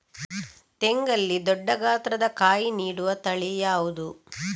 ತೆಂಗಲ್ಲಿ ದೊಡ್ಡ ಗಾತ್ರದ ಕಾಯಿ ನೀಡುವ ತಳಿ ಯಾವುದು?